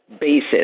basis